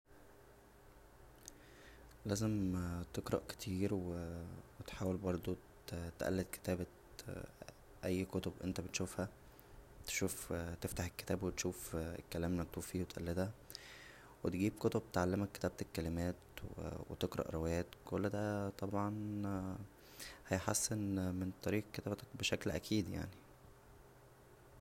لازم تقرا كتير و تحاول برضو تقلد كتابة اى كتب انت بتشوفها تشوف تفتح الكتاب و تشوف الكلام مكتوب فيه و تقلدها و تجيب كتب تعلمك كتابة الكلمات و تقرا روايات كل دا طبعا هيحسن من طريقة كتابتك بشكل اكيد يعنى